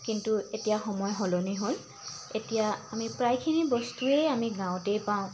কিন্তু এতিয়া সময় সলনি হ'ল এতিয়া আমি প্ৰায়খিনি বস্তুৱেই আমি গাঁৱতেই পাওঁ